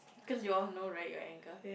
you all know right your anger